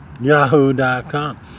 yahoo.com